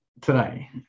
today